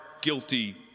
guilty